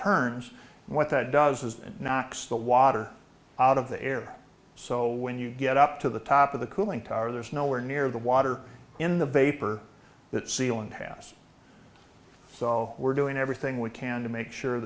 and what that does is it knocks the water out of the air so when you get up to the top of the cooling tower there's nowhere near the water in the vapor that sealant past so we're doing everything we can to make sure